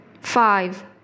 Five